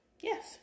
Yes